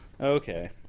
Okay